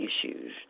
issues